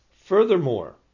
Furthermore